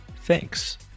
Thanks